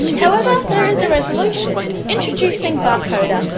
however, there is a resolution. introducing barcoder,